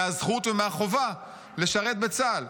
מהזכות ומהחובה לשרת בצה"ל.